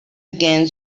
again